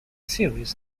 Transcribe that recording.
series